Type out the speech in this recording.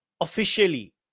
officially